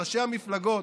ראשי המפלגות,